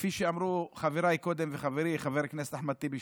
כפי שאמרו חבריי קודם וחברי חבר הכנסת אחמד טיבי,